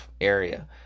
area